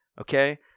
okay